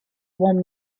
one